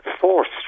forced